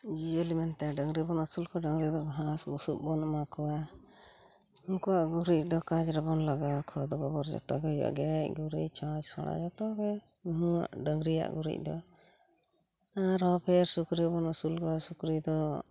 ᱡᱤᱭᱟᱹᱞᱤ ᱢᱮᱱᱛᱮ ᱰᱟᱝᱨᱤ ᱵᱚᱱ ᱟᱹᱥᱩᱞ ᱠᱚᱣᱟ ᱰᱟᱝᱨᱤ ᱫᱚ ᱜᱷᱟᱸᱥ ᱵᱩᱥᱩᱵ ᱵᱚᱱ ᱮᱢᱟᱠᱚᱣᱟ ᱩᱱᱠᱩᱣᱟᱜ ᱜᱩᱨᱤᱡ ᱫᱚ ᱠᱟᱡᱽ ᱨᱮᱵᱚᱱ ᱞᱟᱜᱟᱣᱟ ᱠᱷᱚᱛ ᱜᱚᱵᱚᱨ ᱡᱚᱛᱚᱜᱮ ᱦᱩᱭᱩᱜᱼᱟ ᱜᱮᱡ ᱜᱩᱨᱤᱡ ᱪᱷᱚᱸᱪ ᱪᱷᱚᱬᱟ ᱡᱚᱛᱚᱜᱮ ᱢᱤᱦᱩᱣᱟᱜ ᱰᱟᱝᱨᱤᱭᱟᱜ ᱜᱩᱨᱤᱡ ᱫᱚ ᱟᱨᱚ ᱯᱷᱮᱨ ᱥᱩᱠᱨᱤ ᱵᱚᱱ ᱟᱹᱥᱩᱞ ᱠᱚᱣᱟ ᱥᱩᱞᱨᱤ ᱫᱚ